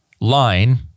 line